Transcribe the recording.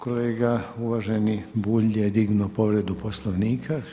Kolega uvaženi Bulj je dignuo povredu Poslovnika.